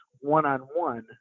one-on-one